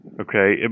Okay